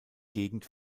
gegend